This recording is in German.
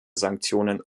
sanktionen